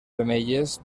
femelles